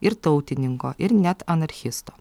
ir tautininko ir net anarchisto